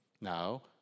Now